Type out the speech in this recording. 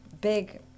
big